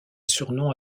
surnom